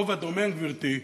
הרוב הדומם, גברתי,